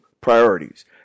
priorities